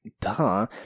duh